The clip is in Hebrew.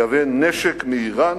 לייבא נשק מאירן,